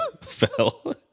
fell